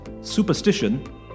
superstition